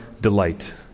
delight